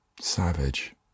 Savage